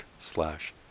slash